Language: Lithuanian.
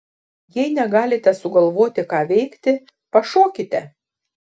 jei negalite sugalvoti ką veikti pašokite